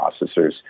processors